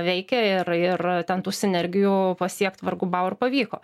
veikia ir ir ten tų sinergijų pasiekt vargu bau ar pavyko